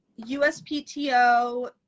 USPTO